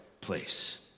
place